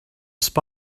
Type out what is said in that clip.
spy